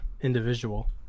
individual